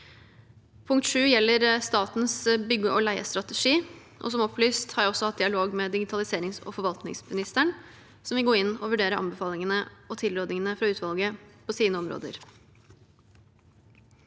Punkt 7 gjelder statens bygge- og leiestrategi, og som opplyst har jeg også hatt dialog med digitaliserings- og forvaltningsministeren, som vil gå inn og vurdere anbefalingene og tilrådingene fra utvalget på sine områder.